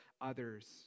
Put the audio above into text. others